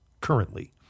currently